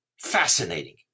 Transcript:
fascinating